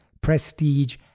prestige